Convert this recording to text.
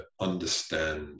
understand